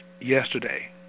yesterday